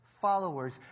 followers